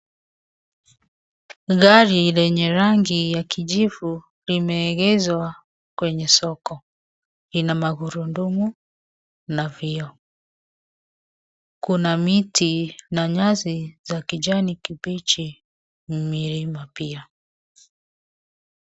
Gari lenye rangi ya kijivu limeegeshwa kwenye soko, ina magurudumu na vioo, kuna miti na nyasi za kijani kibichi na milima pia.